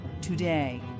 today